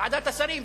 ועדת השרים,